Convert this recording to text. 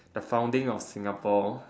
the founding of Singapore